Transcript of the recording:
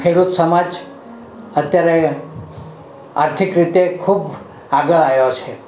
ખેડૂત સમાજ અત્યારે આર્થિક રીતે ખૂબ આગળ આવ્યો છે